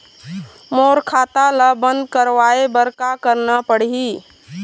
मोर खाता ला बंद करवाए बर का करना पड़ही?